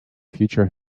future